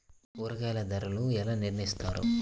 కూరగాయల ధరలు ఎలా నిర్ణయిస్తారు?